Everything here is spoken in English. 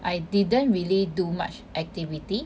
I didn't really do much activity